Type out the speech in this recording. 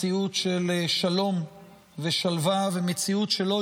מציאות של שלום ושלווה ומציאות של "לא